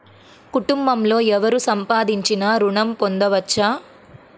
కుటుంబంలో ఎవరు సంపాదించినా ఋణం పొందవచ్చా?